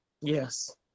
Yes